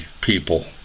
people